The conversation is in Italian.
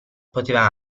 poteva